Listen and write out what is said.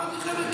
אמרתי: חבר'ה,